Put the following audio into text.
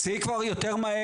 צאי החוצה.